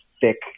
thick